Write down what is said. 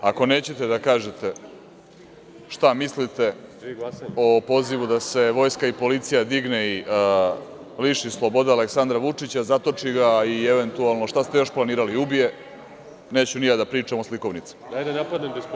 Ako nećete da kažete šta mislite o pozivu da se vojska i policija digne i liši slobode Aleksandra Vučića, zatoči ga, i, eventualno, šta ste još planirali, ubije, neću ni ja da pričam o slikovnicama.